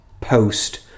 post